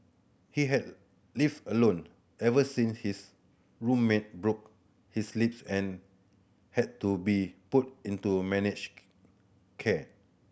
he has lived alone ever since his roommate broke his leaps and had to be put into managed care